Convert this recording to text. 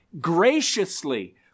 graciously